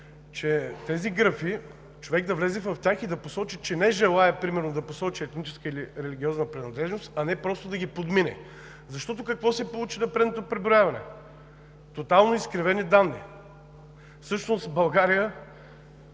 че човек да влезе в тези графи и да посочи, че не желае примерно да посочи етническа или религиозна принадлежност, а не просто да ги подмине. Защото какво се получи на предното преброяване? Тотално изкривени данни! Всъщност България